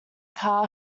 car